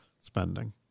spending